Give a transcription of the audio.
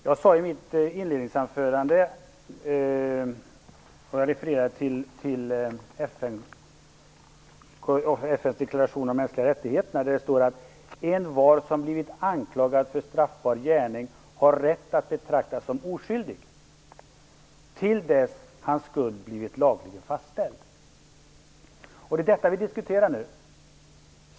Jag refererade i mitt inledningsanförande till FN:s deklaration om de mänskliga rättigheterna där det står att envar som blivit anklagad för straffbar gärning har rätt att betraktas som oskyldig till dess hans skuld blivit lagligen fastställd. Det är detta vi diskuterar nu.